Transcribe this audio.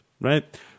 right